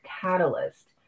catalyst